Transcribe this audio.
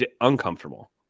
uncomfortable